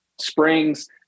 Springs